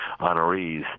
honorees